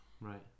right